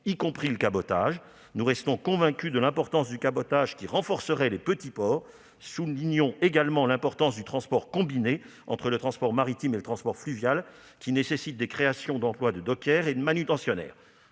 y compris le cabotage. Nous restons convaincus de l'importance du cabotage, qui renforcerait les petits ports. Soulignons également l'importance du transport combiné entre le transport maritime et le transport fluvial, qui nécessite des créations d'emplois de dockers et de manutentionnaires.